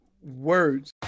words